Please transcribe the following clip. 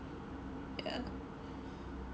yeah